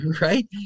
Right